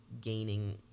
gaining